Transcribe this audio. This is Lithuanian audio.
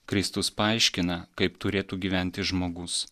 kristus paaiškina kaip turėtų gyventi žmogus